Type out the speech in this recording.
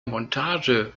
montage